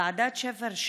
ועדת שפר,